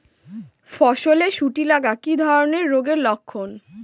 ফসলে শুটি লাগা কি ধরনের রোগের লক্ষণ?